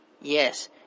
Yes